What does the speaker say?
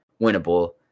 winnable